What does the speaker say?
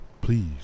Please